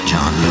John